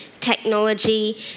Technology